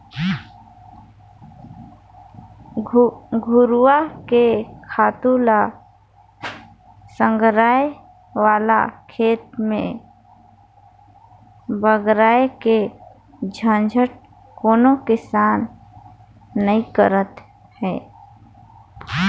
घुरूवा के खातू ल संघराय ओला खेत में बगराय के झंझट कोनो किसान नइ करत अंहे